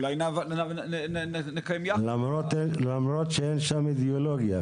למרות שאין שם אידיאולוגיה.